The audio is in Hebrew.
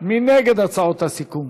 מי נגד הצעות הסיכום?